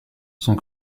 sans